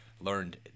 learned